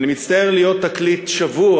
אני מצטער להיות תקליט שבור,